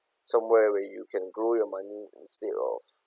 somewhere where you can grow your money instead of